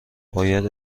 باید